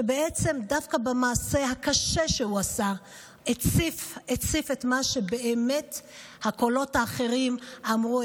שדווקא במעשה הקשה שהוא עשה הציף את מה שהקולות האחרים אמרו.